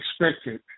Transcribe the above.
expected